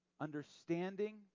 understanding